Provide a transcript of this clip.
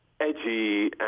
edgy